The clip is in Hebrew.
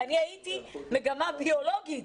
ואני הייתי במגמה ביולוגית.